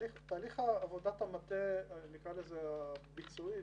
עבודת המטה הביצועית,